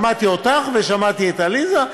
שמעתי אותך ושמעתי את עליזה.